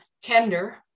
Tender